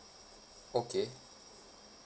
okay